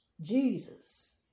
Jesus